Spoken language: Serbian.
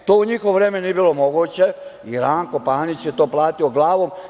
To u njihovo vreme nije bilo moguće i Ranko Panić je to platio glavom.